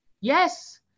Yes